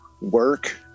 work